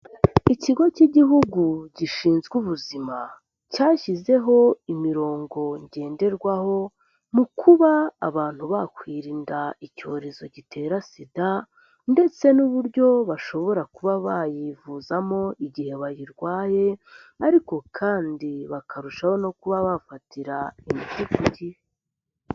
Ikigo cy'Igihugu gishinzwe Ubuzima cyashyizeho imirongo ngenderwaho mu kuba abantu bakwirinda icyorezo gitera SIDA ndetse n'uburyo bashobora kuba bayivuzamo igihe bayirwaye, ariko kandi bakarushaho no kuba bafatira imiti ku gihe.